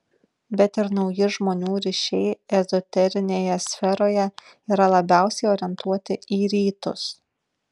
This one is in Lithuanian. bet ir nauji žmonių ryšiai ezoterinėje sferoje yra labiausiai orientuoti į rytus